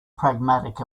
pragmatic